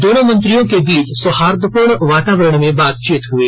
दोनों मंत्रियों के बीच सौहार्दपूर्ण वातावरण में बातचीत हुई